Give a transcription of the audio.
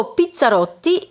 Pizzarotti